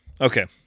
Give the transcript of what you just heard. Okay